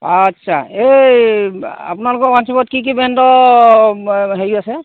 আচ্ছা এই আপোনালোকৰ ৱাইনশ্বপত কি কি ব্ৰেণ্ডৰ হেৰি আছে